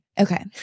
Okay